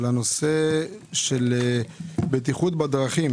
בטיחות בדרכים